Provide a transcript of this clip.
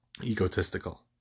egotistical